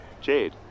Jade